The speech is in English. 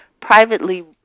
privately